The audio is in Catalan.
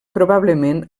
probablement